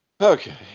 Okay